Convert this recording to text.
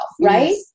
right